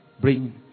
bring